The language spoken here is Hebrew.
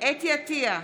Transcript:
חוה אתי עטייה,